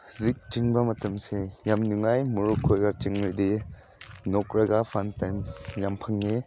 ꯍꯧꯖꯤꯛ ꯆꯦꯟꯕ ꯃꯇꯝꯁꯦ ꯌꯥꯝ ꯅꯨꯡꯉꯥꯏ ꯃꯔꯨꯞꯈꯣꯏꯒ ꯆꯦꯜꯂꯗꯤ ꯅꯣꯛꯂꯒ ꯐꯟ ꯇꯥꯏꯝ ꯌꯥꯝ ꯐꯪꯉꯤ